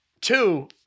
Two